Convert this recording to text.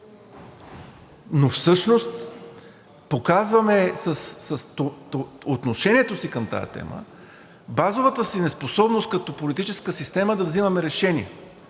но всъщност показваме с отношението си към тази тема базовата си неспособност като политическа система да взимаме решения